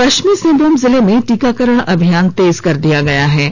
पश्चिमी सिंहभूम जिले में टीकाकरण अभियान तेज कर दिया गयाहै